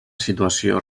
situació